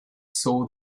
saw